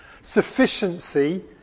sufficiency